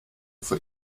für